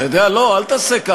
אתה יודע למה אי-אפשר?